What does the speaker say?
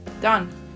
Done